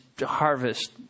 harvest